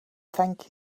thank